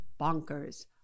bonkers